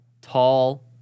Tall